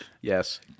Yes